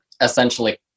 essentially